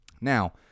Now